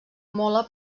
mola